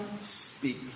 speak